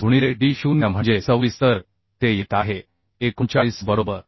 5 गुणिले D0 म्हणजे 26 तर ते येत आहे 39 बरोबर